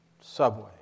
subway